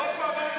לא פגענו